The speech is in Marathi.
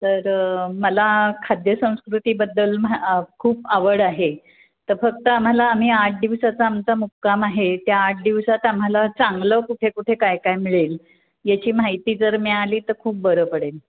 तर मला खाद्यसंस्कृतीबद्दल म्हा खूप आवड आहे तर फक्त आम्हाला आम्ही आठ दिवसाचा आमचा मुक्काम आहे त्या आठ दिवसात आम्हाला चांगलं कुठे कुठे काय काय मिळेल याची माहिती जर मिळाली तर खूप बरं पडेल